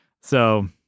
So-